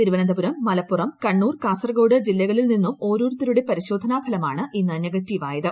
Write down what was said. തിരുവനന്തപുരം മലപ്പുറം കണ്ണൂർ കാസർഗോഡ് ജില്ലകളിൽ നിന്നും ഓരോരുത്തരുടെ പരിശോധനാഫലമാണ് ഇന്ന് നെഗറ്റീവ് ആയത്